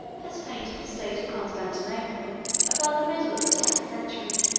has painted the state of constantinople about the middle of the tenth century